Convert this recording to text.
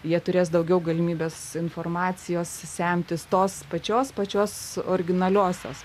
jie turės daugiau galimybės informacijos semtis tos pačios pačios originaliosios